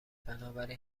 بنابراین